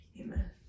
Amen